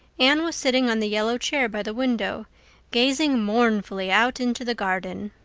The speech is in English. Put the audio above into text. anne was sitting on the yellow chair by the window gazing mournfully out into the garden.